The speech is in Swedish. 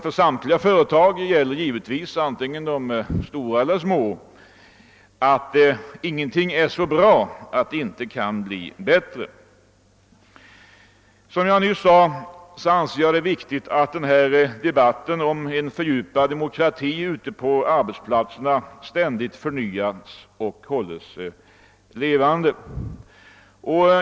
För samtliga företag, antingen de är stora eller små, gäller dock givetvis att ingenting är så bra att det inte kan bli bättre. Som jag nyss framhöll anser jag det viktigt att debatten om fördjupad demokrati på arbetsplatserna ständigt hålls levande.